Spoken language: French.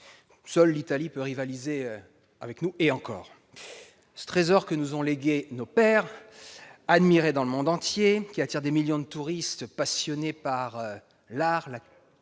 Seule l'Italie peut rivaliser avec elle, et encore ... Ces trésors que nous ont légués nos pères, qui sont admirés dans le monde entier et attirent des millions de touristes passionnés par l'art,